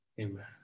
amen